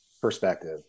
perspective